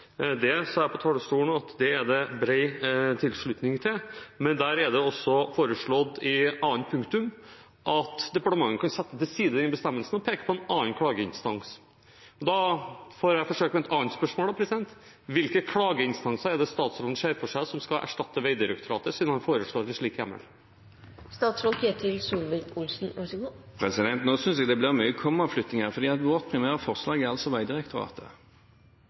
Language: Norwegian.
Det sa jeg på talerstolen at det er det bred tilslutning til, men det er også foreslått, i andre punktum, at departementet kan sette til side den bestemmelsen og peke på en annen klageinstans. Da får jeg vel forsøke med et annet spørsmål: Hvilke klageinstanser er det statsråden ser for seg som skal erstatte Vegdirektoratet, siden han foreslår en slik hjemmel? Nå synes jeg det blir mye kommaflytting her, for vårt primære forslag er altså Vegdirektoratet,